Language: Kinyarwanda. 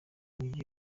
mujyi